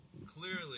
Clearly